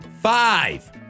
Five